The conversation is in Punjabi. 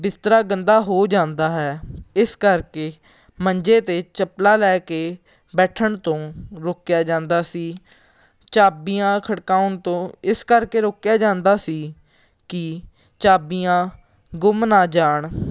ਬਿਸਤਰਾ ਗੰਦਾ ਹੋ ਜਾਂਦਾ ਹੈ ਇਸ ਕਰਕੇ ਮੰਜੇ 'ਤੇ ਚੱਪਲਾਂ ਲੈ ਕੇ ਬੈਠਣ ਤੋਂ ਰੋਕਿਆ ਜਾਂਦਾ ਸੀ ਚਾਬੀਆਂ ਖੜਕਾਉਣ ਤੋਂ ਇਸ ਕਰਕੇ ਰੋਕਿਆ ਜਾਂਦਾ ਸੀ ਕਿ ਚਾਬੀਆਂ ਗੁੰਮ ਨਾ ਜਾਣ